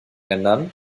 ändern